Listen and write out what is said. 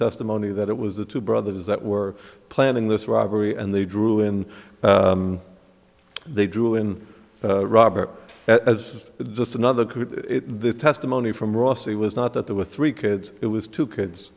testimony that it was the two brothers that were planning this robbery and they drew in they drew in robert as just another could the testimony from rusty was not that there were three kids it was two kids